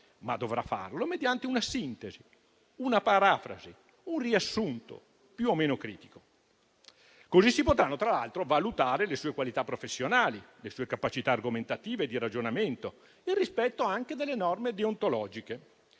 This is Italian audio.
ma dovrà farlo mediante una sintesi, una parafrasi, un riassunto più o meno critico. In questo modo, tra l'altro, si potranno valutare le sue qualità professionali, le sue capacità argomentative di ragionamento e anche il rispetto delle norme deontologiche.